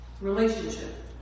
relationship